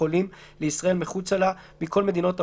חולים לישראל מחוצה לה מכל מדינות העולם,